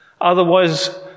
Otherwise